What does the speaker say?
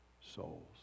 souls